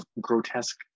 grotesque